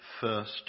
first